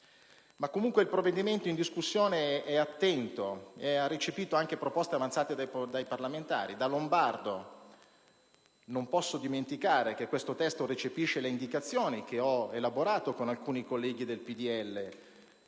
Comunque, il provvedimento in discussione è attento ed ha recepito anche proposte avanzate dai parlamentari: da lombardo non posso dimenticare che questo testo recepisce le indicazioni che ho elaborato con alcuni colleghi del PdL